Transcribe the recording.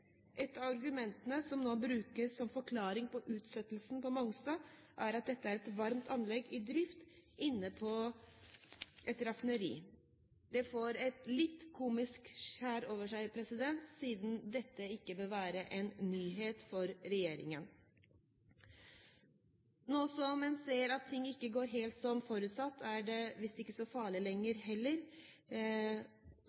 Et av argumentene som nå brukes som forklaring på utsettelsen på Mongstad, er at dette er et varmt anlegg i drift inne på et raffineriområde. Det får et litt komisk skjær over seg, siden dette ikke bør være en nyhet for regjeringen. Nå som man ser at ting ikke går helt som forutsatt, er det visst ikke så farlig lenger,